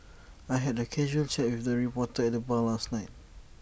I had A casual chat with the reporter at the bar last night